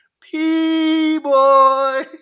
P-Boy